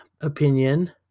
opinion